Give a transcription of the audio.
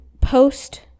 post